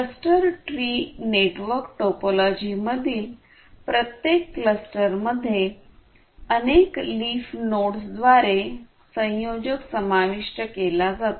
cluster tree network टोपोलॉजीमधील प्रत्येक क्लस्टरमध्ये अनेक लीफ नोड्सद्वारे संयोजक समाविष्ट केला जातो